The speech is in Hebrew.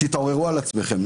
תתעוררו על עצמכם.